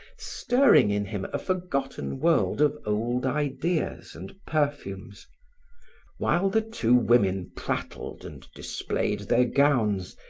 stirring in him a forgotten world of old ideas and perfumes while the two women prattled and displayed their gowns,